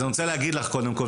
אז אני רוצה להגיד לך קודם כל,